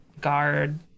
guard